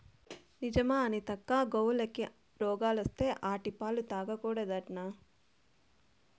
నిజమా అనితక్కా, గోవులకి రోగాలత్తే ఆటి పాలు తాగకూడదట్నా